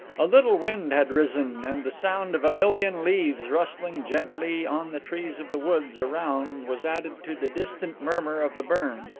a little wind had risen, and the sound of a million leaves rustling gently on the trees of the woods around was added to the distant murmur of the burn,